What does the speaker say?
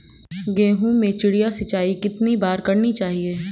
गेहूँ में चिड़िया सिंचाई कितनी बार करनी चाहिए?